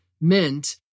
meant